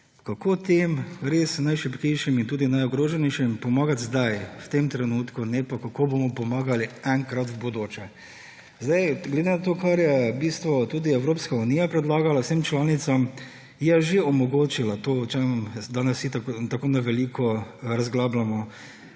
kako tem res najšibkejšim in tudi najbolj ogroženim pomagati zdaj v tem trenutku, ne pa, kako bomo pomagali enkrat v bodoče. Glede na to, kar je v bistvu tudi Evropska unija predlagala vsem članicam, je že omogočila to, o čemer danes itak tako na veliko razglabljamo,